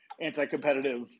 anti-competitive